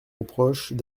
reprochent